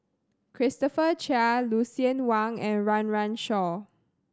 Christopher Chia Lucien Wang and Run Run Shaw